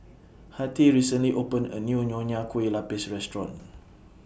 Hattie recently opened A New Nonya Kueh Lapis Restaurant